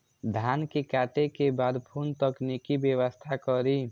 धान के काटे के बाद कोन तकनीकी व्यवस्था करी?